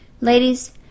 ladies